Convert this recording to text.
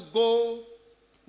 go